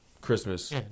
Christmas